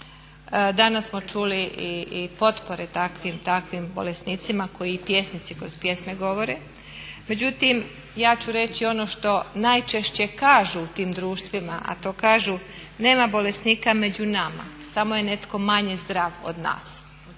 Danas smo čuli i potpore takvim bolesnicima, koje i pjesnici kroz pjesme govore, međutim ja ću reći ono što najčešće kažu u tim društvima, a to kažu nema bolesnika među nama, samo je netko manje zdrav od nas